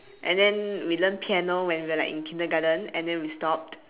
and then we learn piano when we're like in kindergarten and then we stopped